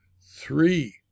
Three